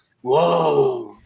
whoa